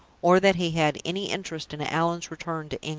or that he had any interest in allan's return to england.